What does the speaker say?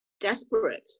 desperate